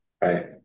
Right